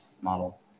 model